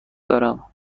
دارم